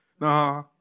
Nah